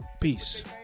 Peace